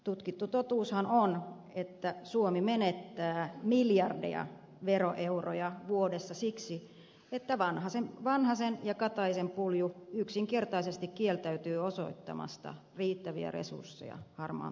tutkittu totuushan on että suomi menettää miljardeja veroeuroja vuodessa siksi että vanhasen ja kataisen pulju yksinkertaisesti kieltäytyy osoittamasta riittäviä resursseja harmaan talouden torjuntaan